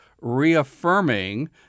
reaffirming